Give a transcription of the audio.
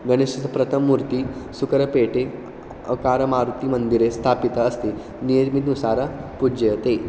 गणेशस्य प्रथममूर्तिं सुकरपेटे करमारुतिमन्दिरे स्थापिता अस्ति नियर्मिनुसारं पूज्यते